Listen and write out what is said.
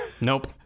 Nope